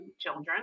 children